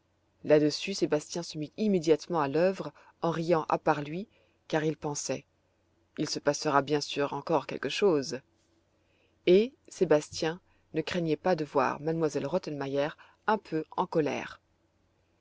là-dessus sébastien se mit immédiatement à l'œuvre en riant à part lui car il pensait il se passera bien sûr encore quelque chose et sébastien ne craignait pas de voir m elle rottenmeier un peu en colère